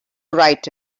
write